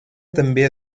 també